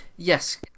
Yes